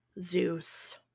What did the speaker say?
Zeus